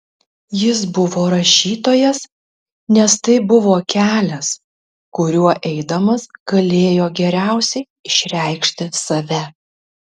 jis buvo rašytojas nes tai buvo kelias kuriuo eidamas galėjo geriausiai išreikšti save